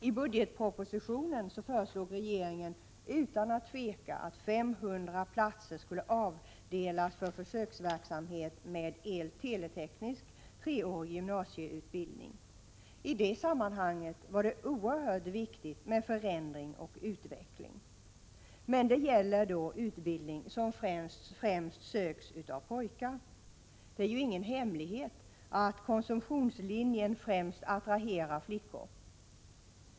I budgetpropositionen föreslog regeringen utan att tveka att 500 platser skulle avdelas för försöksverksamhet med el/teleteknisk treårig gymnasieutbildning. I det sammanhanget var det oerhört viktigt med förändring och utveckling. Men det gäller då utbildning som främst söks av pojkar. Det är ju ingen hemlighet att konsumtionslinjen främst attraherar flickor.